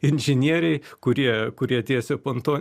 inžinieriai kurie kurie tiesė ponto